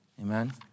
Amen